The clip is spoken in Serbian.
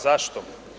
Zašto?